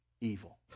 evil